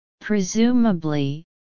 Presumably